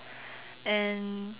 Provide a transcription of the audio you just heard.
and